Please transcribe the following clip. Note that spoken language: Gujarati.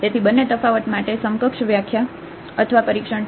તેથી બંને તફાવત માટે સમકક્ષ વ્યાખ્યા અથવા પરીક્ષણ છે